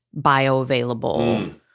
bioavailable